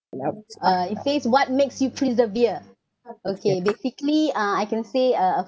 uh it says what makes you persevere okay basically uh I can say uh of